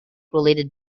related